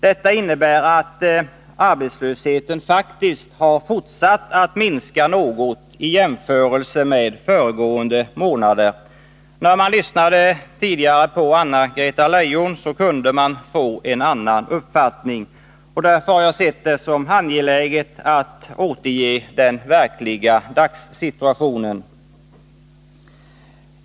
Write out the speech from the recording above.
Detta innebär att arbetslösheten faktiskt har fortsatt att minska något i jämförelse med föregående månader. När man lyssnade till Anna-Greta Leijon kunde man få en annan uppfattning, och därför har jag sett det som angeläget att återge den verkliga dagssituationen.